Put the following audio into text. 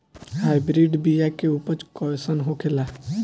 Hybrid बीया के उपज कैसन होखे ला?